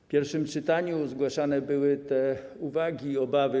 W pierwszym czytaniu zgłaszane były uwagi, obawy.